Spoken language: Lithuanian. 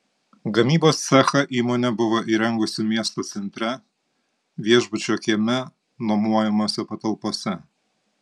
gamybos cechą įmonė buvo įrengusi miesto centre viešbučio kieme nuomojamose patalpose